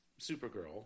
Supergirl